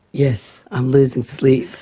yes, i'm losing sleep.